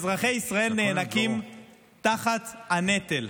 אזרחי ישראל נאנקים תחת הנטל.